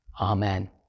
Amen